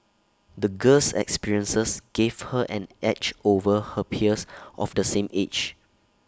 the girl's experiences gave her an edge over her peers of the same age